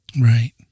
Right